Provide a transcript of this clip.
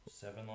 Seven